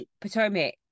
Potomac